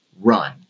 run